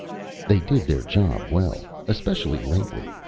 they did their job well. especially lately,